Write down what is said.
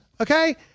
okay